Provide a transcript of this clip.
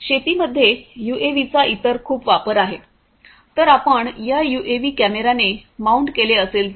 शेतीमध्ये यूएव्हीचा इतर खूप वापर आहे जर आपण या यूएव्ही कॅमेर्याने माउंट केले असेल तर